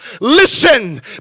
Listen